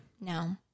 No